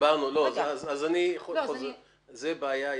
יש בעיה.